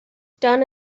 done